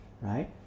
Right